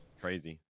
crazy